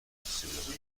دسترسی